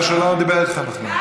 הוא אומר שהוא לא דיבר איתך בכלל.